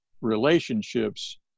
relationships